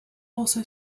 also